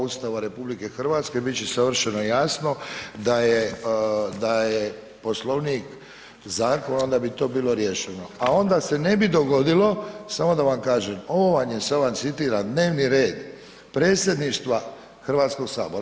Ustava RH, biti će savršeno jasno, da je Poslovnik zakon onda bi to bilo riješeno a onda se ne bi dogodilo, samo da vam kažem, ovo vam je sad vam citiram dnevni red predsjedništva Hrvatskoga sabora.